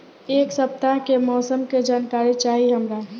एक सपताह के मौसम के जनाकरी चाही हमरा